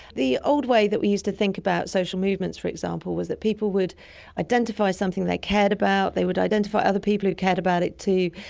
the old way that we used to think about social movements for example was that people would identify identify something they cared about, they would identify other people who cared about it too,